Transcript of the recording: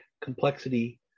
complexity